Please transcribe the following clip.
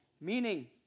meaning